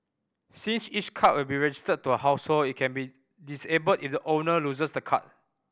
since each card will be registered to a household it can be disabled if the owner loses the card